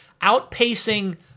outpacing